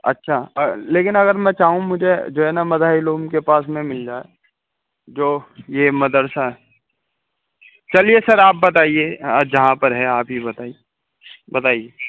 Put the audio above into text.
اچھا لیکن اگر میں چاہوں مجھے جو ہے نا مظاہر العلوم کے پاس میں مل جائے جو یہ مدرسہ ہے چلیے سر آپ بتائیے جہاں پر ہے آپ ہی بتائیے بتائیے